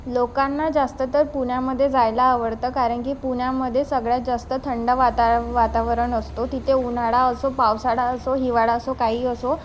लोकांना जास्त तर पुण्यामध्ये जायला आवडतं कारण की पुण्यामध्ये सगळ्यात जास्त थंड वाता वातावरण असतो तिथे उन्हाळा असो पावसाळा असो हिवाळा असो काहीअसो